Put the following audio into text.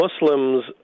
Muslims